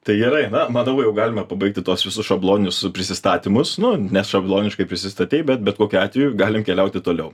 tai gerai na matau jau galima pabaigti tuos visus šabloninius prisistatymus nu nešabloniškai prisistatei bet bet kokiu atveju galim keliauti toliau